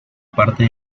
parte